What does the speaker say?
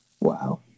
Wow